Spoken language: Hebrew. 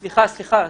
סליחה.